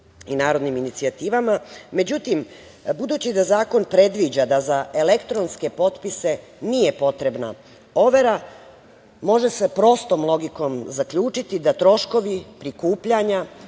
i narodnim inicijativama. Međutim, budući da zakon predviđa da za elektronske potpise nije potrebna overa, može se prostom logikom zaključiti da troškovi prikupljanja